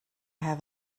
have